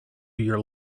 your